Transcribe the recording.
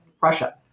Russia